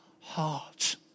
heart